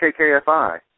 KKFI